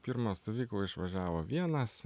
pirmą stovyklą išvažiavo vienas